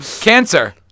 Cancer